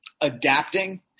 adapting